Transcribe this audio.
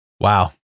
Wow